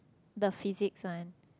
the physic science